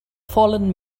fallen